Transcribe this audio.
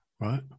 Right